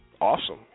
awesome